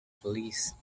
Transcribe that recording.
police